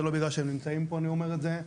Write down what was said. זה לא בגלל שהם נמצאים פה אני אומר את זה.